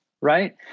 right